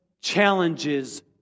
challenges